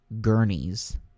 gurney's